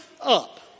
up